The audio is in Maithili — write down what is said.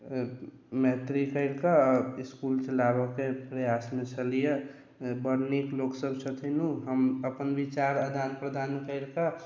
मैत्री करि कऽ ईस्कुल चलाबयके प्रयासमे छलियै बड नीक लोकसभ छथिन ओ हम अपन विचार आदान प्रदान करि कऽ